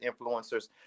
influencers